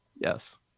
Yes